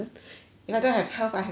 if I don't have health I have nothing